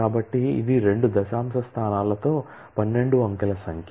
కాబట్టి ఇది రెండు దశాంశ స్థానాలతో 12 అంకెల సంఖ్య